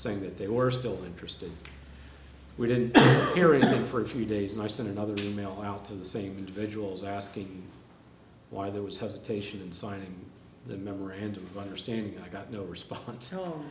saying that they were still interested we didn't hear it for a few days and i sent another email out to the same individuals asking why there was hesitation in signing the memorandum of understanding i got no response